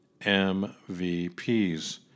MVPs